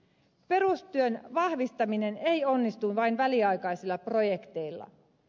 perustyön vahvistaminen ei onnistu vain väliaikaisilla projekteilla